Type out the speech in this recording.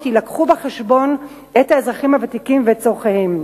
יובאו בחשבון האזרחים הוותיקים וצורכיהם.